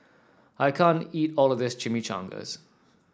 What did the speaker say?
I can't eat all of this Chimichangas